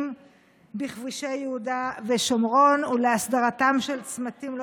בכבישי יהודה ושומרון ולהסדרתם של צמתים לא